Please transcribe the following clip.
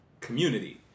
community